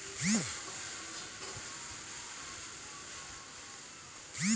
साधारण भाला द्वारा भी मछली के दूर से मारलो जावै पारै